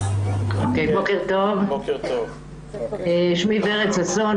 שום תפקיד סטטוטורי שממלא שני תפקידים בו בזמן.